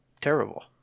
terrible